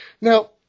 Now